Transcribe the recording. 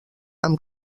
amb